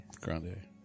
Grande